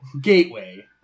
Gateway